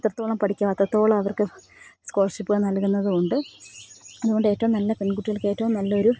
അത്രത്തോളം പഠിക്കാം അത്രത്തോളം അവർക്ക് സ്കോളർഷിപ്പ് നൽകുന്നതുകൊണ്ട് അതുകൊണ്ട് ഏറ്റവും നല്ല പെൺകുട്ടികൾക്ക് ഏറ്റവും നല്ലൊരു